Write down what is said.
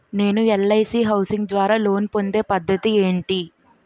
నేను LIC housing ద్వారా loan పొందే పద్ధతి ఏంటి?